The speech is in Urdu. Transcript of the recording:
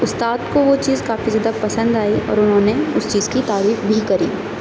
استاد کو وہ چیز کافی زیادہ پسند آئی اور انہوں نے اس چیز کی تعریف بھی کری